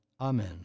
Amen